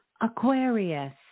Aquarius